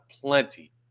plenty